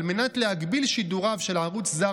על מנת להגביל שידוריו של ערוץ זר